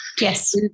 Yes